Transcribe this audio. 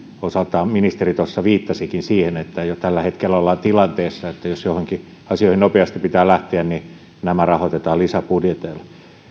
osaltaan ministeri tuossa viittasikin siihen että jo tällä hetkellä ollaan tilanteessa että jos joihinkin asioihin nopeasti pitää lähteä niin nämä rahoitetaan lisäbudjeteilla